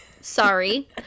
sorry